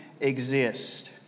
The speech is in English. exist